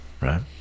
right